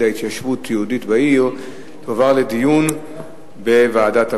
התיישבות יהודית בעיר תועברנה לדיון בוועדת הפנים.